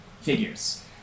figures